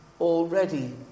already